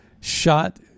shot